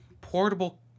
Portable